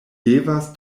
devas